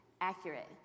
accurate